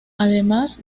además